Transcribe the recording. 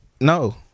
No